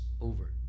over